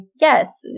yes